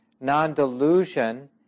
non-delusion